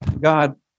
God